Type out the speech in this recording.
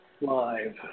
live